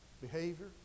behavior